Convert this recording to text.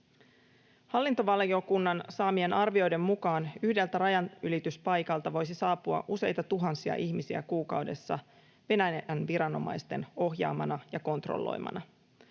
Hallintovaliokunnan saamien arvioiden mukaan yhdeltä rajanylityspaikalta voisi saapua useita tuhansia ihmisiä kuukaudessa Venäjän viranomaisten ohjaamana ja kontrolloimana.